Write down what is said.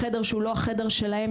לחדר שהוא לא החדר שלהם,